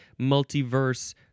multiverse